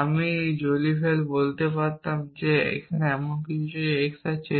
আমি জোলিভেল বলতে পারতাম যে এমন কিছু এক্স আছে